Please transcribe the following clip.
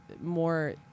more